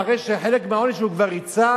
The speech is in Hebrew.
אחרי שחלק מהעונש שלו הוא כבר ריצה,